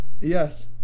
Yes